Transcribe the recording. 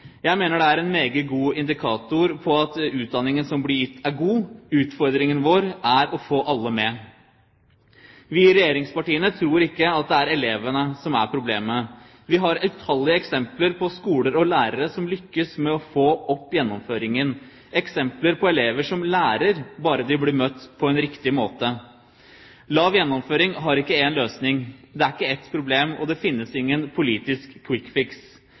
Jeg mener det er en meget god indikator på at utdanningen som blir gitt, er god. Utfordringen vår er å få alle med. Vi i regjeringspartiene tror ikke at det er elevene som er problemet. Vi har utallige eksempler på skoler og lærere som lykkes med å få opp gjennomføringen, eksempler på elever som lærer, bare de blir møtt på en riktig måte. Lav gjennomføring har ikke én løsning, det er ikke ett problem, og det finnes ingen politisk